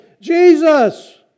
Jesus